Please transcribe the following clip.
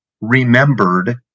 remembered